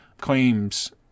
claims